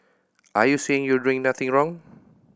are you saying you're doing nothing wrong